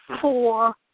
four